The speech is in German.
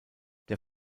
der